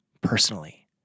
personally